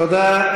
תודה.